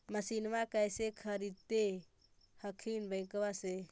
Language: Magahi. मसिनमा कैसे खरीदे हखिन बैंकबा से?